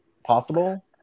possible